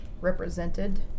represented